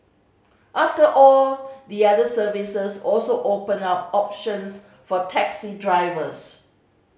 after all the other services also open up options for taxi drivers